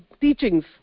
teachings